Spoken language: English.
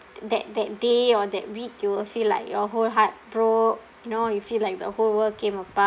that that day or that week you will feel like you whole heart broke you know you feel like the whole world came apart